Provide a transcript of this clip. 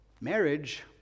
Marriage